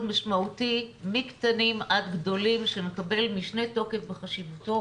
משמעותי מקטנים עד גדולים שמקבל משנה תוקף בחשיבותו